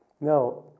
Now